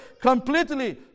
completely